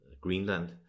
greenland